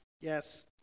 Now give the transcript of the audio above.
Yes